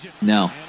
No